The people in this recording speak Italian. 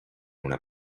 una